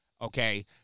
okay